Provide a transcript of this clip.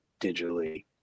digitally